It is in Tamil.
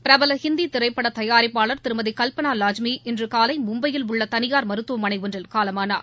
பிரபல இந்தி திரைப்பட தயாரிப்பாளர் திருமதி கல்பனா லாஜ்மி இன்று காலை மும்பையில ் உள்ள தனியார் மருத்துவமனையில் காலமானார்